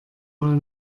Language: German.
mal